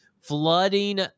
flooding